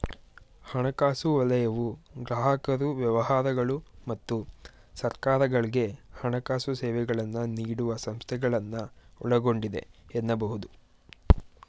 ಹಣಕಾಸು ವಲಯವು ಗ್ರಾಹಕರು ವ್ಯವಹಾರಗಳು ಮತ್ತು ಸರ್ಕಾರಗಳ್ಗೆ ಹಣಕಾಸು ಸೇವೆಗಳನ್ನ ನೀಡುವ ಸಂಸ್ಥೆಗಳನ್ನ ಒಳಗೊಂಡಿದೆ ಎನ್ನಬಹುದು